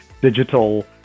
digital